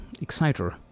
exciter